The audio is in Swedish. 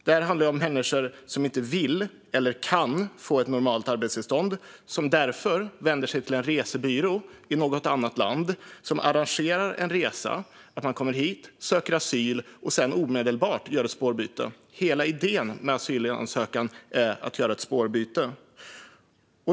Detta handlar om människor som inte vill eller kan få ett normalt arbetstillstånd och som därför vänder sig till en resebyrå i något annat land som arrangerar en resa där man kommer hit, söker asyl och sedan omedelbart gör ett spårbyte - hela idén med asylansökan är att göra ett spårbyte.